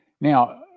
Now